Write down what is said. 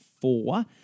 four